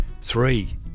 three